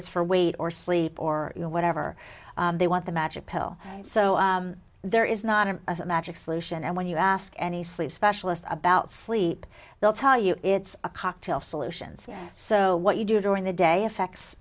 it's for weight or sleep or whatever they want the magic pill so there is not a magic solution and when you ask any sleep specialist about sleep they'll tell you it's a cocktail solutions so what you do during the day affects